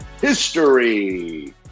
history